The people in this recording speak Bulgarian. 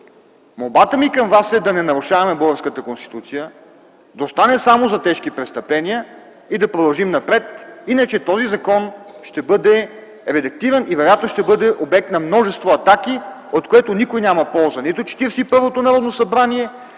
молбата ми към вас е да не нарушаваме българската Конституция, да остане само за тежки престъпления и да продължим напред. Иначе този закон ще бъде редактиран и вероятно ще бъде обект на множество атаки, от което никой няма полза